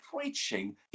preaching